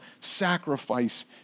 sacrifice